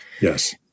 Yes